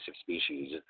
species